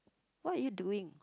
what are you doing